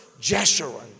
Jeshurun